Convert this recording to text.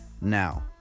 Now